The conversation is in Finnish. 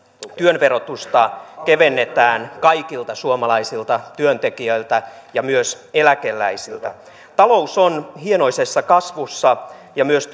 työn verotusta kevennetään kaikilta suomalaisilta työntekijöiltä ja myös eläkeläisiltä talous on hienoisessa kasvussa ja myös